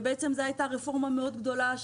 וזאת בעצם הייתה רפורמה מאוד גדולה,